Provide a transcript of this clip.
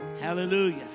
hallelujah